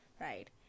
right